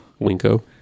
Winko